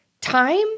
time